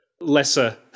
lesser